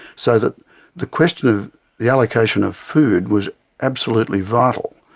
so the the question of the allocation of food was absolutely vital.